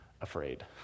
afraid